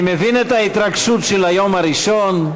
אני מבין את ההתרגשות של היום הראשון,